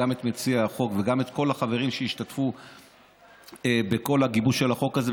גם את מציע החוק וגם את כל החברים שהשתתפו בכל הגיבוש של החוק הזה,